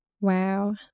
Wow